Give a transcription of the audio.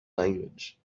language